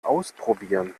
ausprobieren